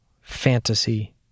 fantasy